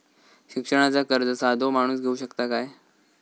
शिक्षणाचा कर्ज साधो माणूस घेऊ शकता काय?